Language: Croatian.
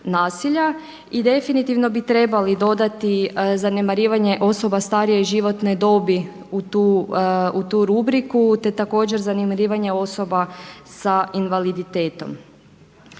I definitivno bi trebali dodati zanemarivanje osoba starije životne dobi u tu rubriku, te također zanemarivanje osoba sa invaliditetom.